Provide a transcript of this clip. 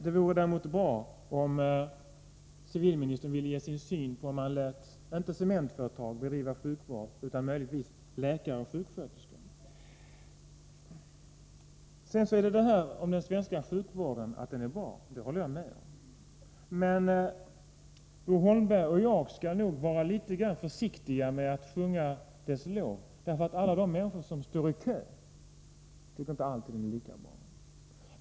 Det vore däremot bra om civilministern ville ge sin syn på hur det skulle vara att låta läkare och sjuksköterskor — inte cementföretag — bedriva sjukvård. Sedan några ord om detta att den svenska sjukvården är bra. Jag håller med om det. Men Bo Holmberg och jag skall nog vara litet försiktiga med att sjunga dess lov. Alla de människor som står i kö tycker inte att allting är lika bra.